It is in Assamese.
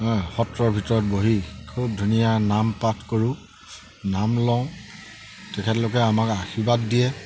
সত্ৰৰ ভিতৰত বহি খুব ধুনীয়া নাম পাঠ কৰোঁ নাম লওঁ তেখেতলোকে আমাক আশীৰ্বাদ দিয়ে